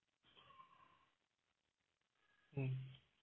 mm